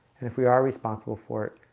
and if we are responsible for it,